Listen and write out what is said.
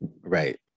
Right